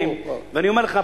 ואני אומר לך,